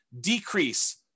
decrease